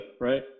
right